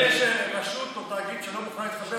רשות או תאגיד שלא מוכנים להתחבר,